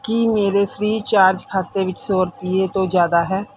ਕੀ ਮੇਰੇ ਫ੍ਰੀਚਾਰਜ ਖਾਤੇ ਵਿੱਚ ਸੌ ਰੁਪਏ ਰੁਪਈਏ ਤੋਂ ਜ਼ਿਆਦਾ ਹੈ